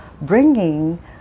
bringing